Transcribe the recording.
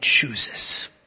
chooses